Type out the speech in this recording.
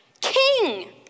king